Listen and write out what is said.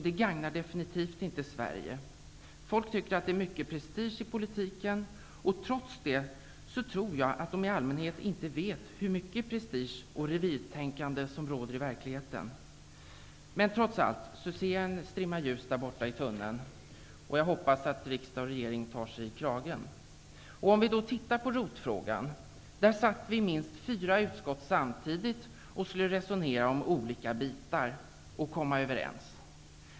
Det gagnar definitivt inte Sverige. Folk tycker att det är mycket prestige i politiken. Trots det tror jag att man i allmänhet inte vet hur mycket prestige och revirtänkande som råder i verkligheten. Trots allt ser jag en strimma ljus där borta i tunneln, och jag hoppas att riksdag och regering tar sig i kragen. Vi kan titta på ROT-frågan. Där satt vi i minst fyra utskott samtidigt och skulle resonera och komma överens om olika bitar.